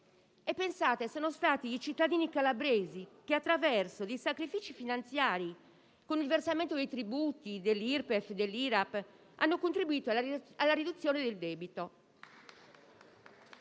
Pensate che sono stati i cittadini calabresi che, attraverso sacrifici finanziari, con il versamento dei tributi dell'Irpef e dell'IRAP, hanno contribuito alla riduzione del debito.